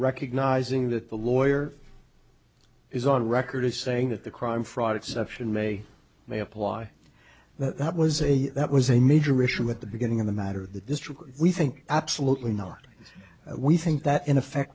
recognizing that the lawyer is on record as saying that the crime fraud exception may may apply that that was a that was a major issue at the beginning of the matter the district we think absolutely not we think that in effect